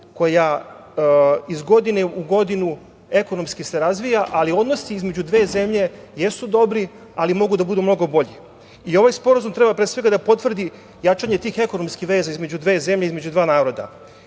koja iz godine u godinu ekonomski se razvija, ali odnosi između dve zemlje jesu dobri, ali mogu da budu mnogo bolji i ovaj sporazum treba pre svega da potvrdi jačanje tih ekonomskih veza između dve zemlje, između dva naroda.U